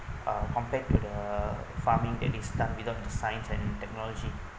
uh compared to the farming that is start without the science and technology